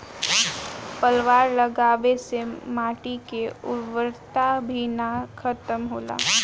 पलवार लगावे से माटी के उर्वरता भी ना खतम होला